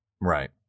Right